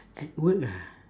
at work ah